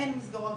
אין מסגרות,